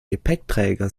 gepäckträger